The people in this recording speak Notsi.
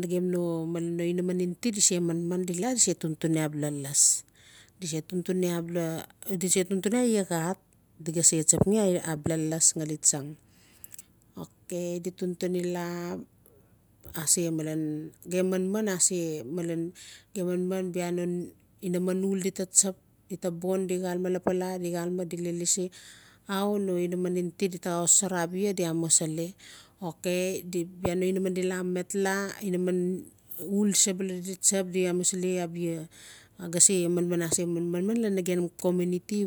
nagem no inaman in ti di se manman dise tun-tun abia las di se tun-tun i iaa xat o di st tsapgan abia las gali tsog okay di tun-tuni laa malen gem manman bia no inaman ud id taa tsap di taa bon di xalame lapala di xalame di laa lisi anu no inaman in ti di gaa xosara abia di amusili okay inamandi laa met laa inaman uul sebula di taa tsap di amusili abiaa gaa se manman lalan nagem community.